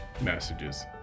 messages